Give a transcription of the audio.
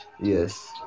Yes